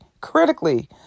critically